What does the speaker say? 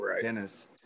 Dennis